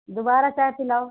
दोबारा चाय पिलाओ